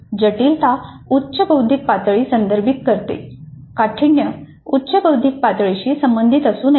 जटिलता उच्च बौद्धिक पातळी संदर्भित करते काठिण्य उच्च बौद्धिक पातळीशी संबंधित असू नये